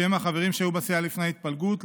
שהם החברים שהיו בסיעה לפני ההתפלגות,